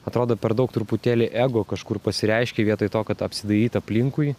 atrodo per daug truputėlį ego kažkur pasireiškė vietoj to kad apsidairyt aplinkui